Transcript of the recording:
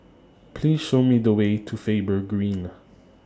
Please Show Me The Way to Faber Green